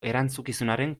erantzukizunaren